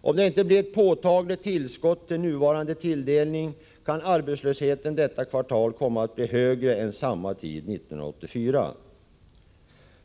Om det inte blir ett påtagligt tillskott till nuvarande tilldelning, kan arbetslösheten dessa kvartal komma att bli högre än samma tid 1984.